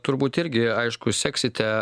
turbūt irgi aišku seksite